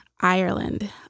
Ireland